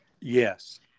yes